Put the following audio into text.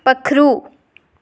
पक्खरू